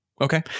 Okay